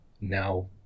now